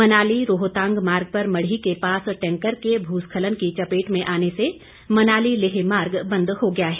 मनाली रोहतांग मार्ग पर मढ़ी के पास टैंकर के भूस्खलन की चपेट में आने से मनाली लेह मार्ग बंद हो गया है